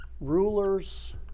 rulers